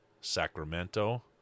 Sacramento